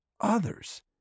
others